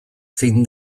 zein